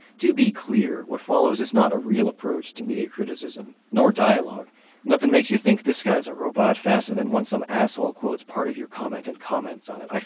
to be clear, what follows is not a real approach to media criticism, nor dialogue nothing makes you think this guy's a robot faster than when some asshole quotes part of your comment and comments on it.